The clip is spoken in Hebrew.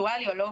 וירטואלי או לא,